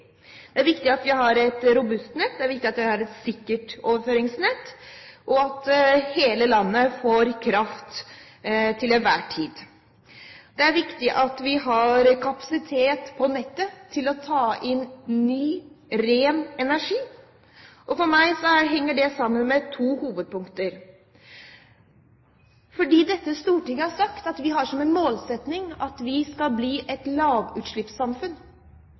Det er viktig at vi har et robust nett. Det er viktig at vi har et sikkert overføringsnett, og at hele landet får kraft til enhver tid. Det er viktig at vi har kapasitet på nettet til å ta inn ny, ren energi. For meg henger det sammen med to hovedpunkter: Dette stortinget har sagt at vi har som en målsetting å bli et lavutslippssamfunn.